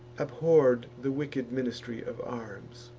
abhorr'd the wicked ministry of arms.